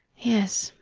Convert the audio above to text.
yes,